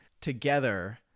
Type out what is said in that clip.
together